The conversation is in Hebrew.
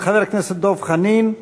חבר הכנסת דב חנין,